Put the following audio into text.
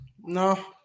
No